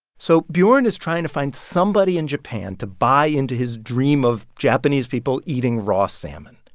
so bjorn is trying to find somebody in japan to buy into his dream of japanese people eating raw salmon.